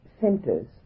centers